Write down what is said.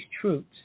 troops